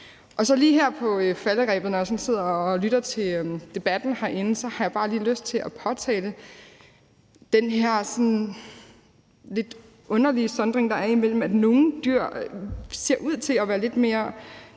bare lige her på falderebet, når jeg sådan sidder og lytter til debatten herinde, lyst til at påtale den her sådan lidt underlige sondring, der laves, altså at nogle dyr ser ud til at være lidt mere